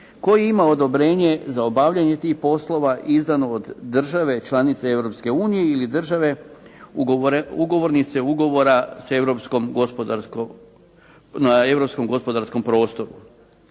koji ima odobrenje za obavljanje tih poslova izdano od države članice Europske unije ili države ugovrnice ugovora sa europskom gospodarskom,